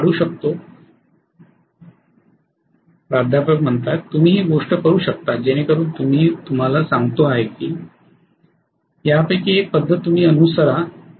professor तुम्ही ही गोष्ट सुद्धा करू शकता जेणेकरून मी तुम्हाला सांगतो आहे की यापैकी एक पद्धत तुम्ही अनुसरण करा